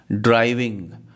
driving